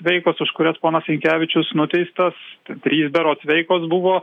veikos už kurias ponas sinkevičius nuteistas trys berods veikos buvo